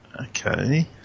okay